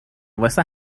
واسه